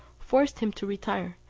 forced him to retire,